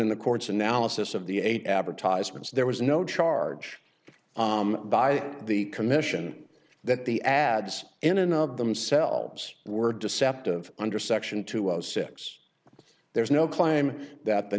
in the courts analysis of the eight advertisements there was no charge by the commission that the ads in and of themselves were deceptive under section two hundred six there is no claim that the